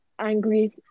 angry